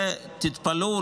ותתפלאו,